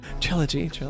Trilogy